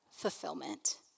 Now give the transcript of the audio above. fulfillment